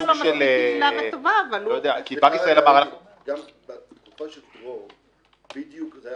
של --- אז השאלה אם --- בתקופה של דרור זה היה